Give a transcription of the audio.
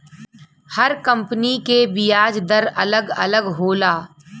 हर company के बियाज दर अलग अलग होला